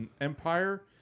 Empire